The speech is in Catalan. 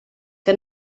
que